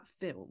film